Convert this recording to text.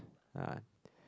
uh